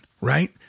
right